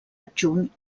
adjunt